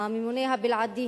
הממונה הבלעדי